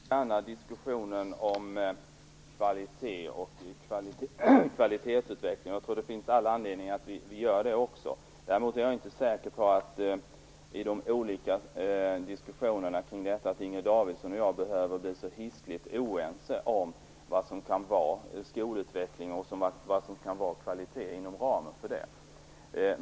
Fru talman! Jag tar gärna en diskussion om kvalitet och kvalitetsutveckling. Det finns all anledning att göra det. Däremot är jag inte säker på att Inger Davidson och jag i den diskussionen behöver bli så oense om vad som kan vara skolutveckling och vad som kan vara kvalitet inom ramen för det.